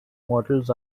models